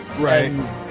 Right